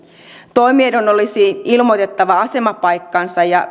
toimijoiden olisi ilmoitettava asemapaikkansa ja